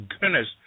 goodness